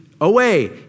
away